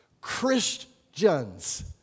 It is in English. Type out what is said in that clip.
Christians